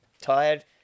tired